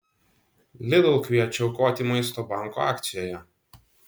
lidl kviečia aukoti maisto banko akcijoje